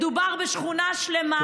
מדובר בשכונה שלמה,